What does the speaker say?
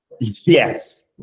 Yes